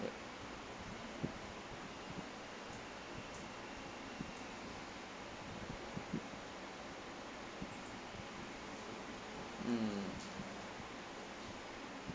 correct mm